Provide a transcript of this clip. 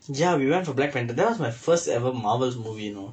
ya we went for black panther that was my first ever Marvel movie you know